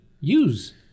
use